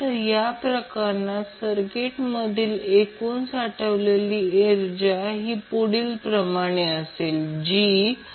पण जर मला ते स्पष्ट करू द्या पण जर असे झाले की RL 2 RC 2 L C जर ही स्थिती उद्भवली तर प्रत्येक सर्व फ्रिक्वेन्सीजवर रेझोनन्स होईल